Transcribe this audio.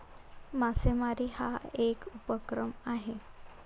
मासेमारी हा एक उपक्रम आहे